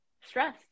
stress